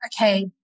okay